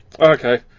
okay